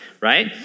Right